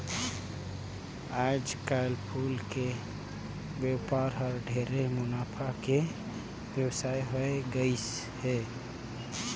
आयज कायल फूल के बेपार हर ढेरे मुनाफा के बेवसाय होवे गईस हे